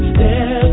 Step